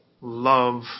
love